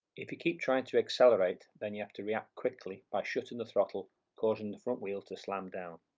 if you keep trying to accelerate then you have to react quickly by shutting the throttle causing the front wheel to slam down,